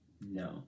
No